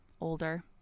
older